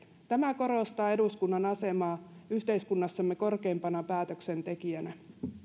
tämä korostaa eduskunnan asemaa yhteiskunnassamme korkeimpana päätöksentekijänä